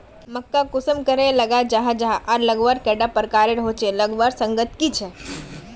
मक्का कुंसम करे लगा जाहा जाहा आर लगवार कैडा प्रकारेर होचे लगवार संगकर की झे?